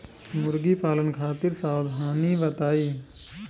मुर्गी पालन खातिर सावधानी बताई?